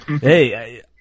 hey